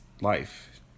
life